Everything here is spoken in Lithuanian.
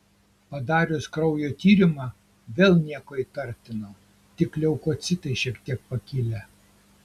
padarius kraujo tyrimą vėl nieko įtartino tik leukocitai šiek tiek pakilę